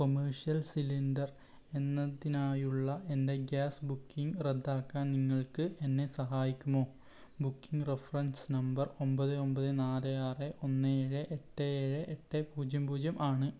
commercial cylinder എന്നതിനായുള്ള എൻ്റെ gas booking റദ്ദാക്കാൻ നിങ്ങൾക്ക് എന്നെ സഹായിക്കുമോ ബുക്കിംഗ് റഫറൻസ് നമ്പർ ഒമ്പത് ഒമ്പത് നാല് ആറ് ഒന്ന് ഏഴ് എട്ട് ഏഴ് എട്ട് പൂജ്യം പൂജ്യം ആണ്